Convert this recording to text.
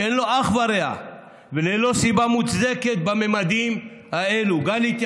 שאין לו אח ורע והוא בממדים האלה ללא סיבה מוצדקת,